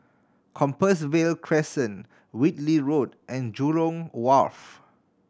Compassvale Crescent Whitley Road and Jurong Wharf